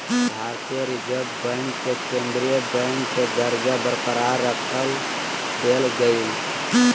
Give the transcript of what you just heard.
भारतीय reserve bank के केंद्रीय बैंक के दर्जा बरकरार रख देल गेलय